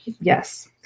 yes